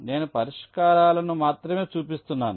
నేను పరిష్కారాలను మాత్రమే చూపిస్తున్నాను